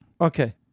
Okay